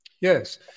Yes